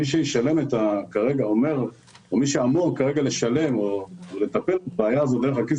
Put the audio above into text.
מי שאמור כרגע לשלם או לטפל בבעיה הזו דרך הכיס